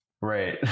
Right